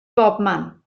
bobman